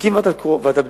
נקים ועדת בדיקה,